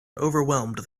overwhelmed